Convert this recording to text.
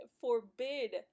forbid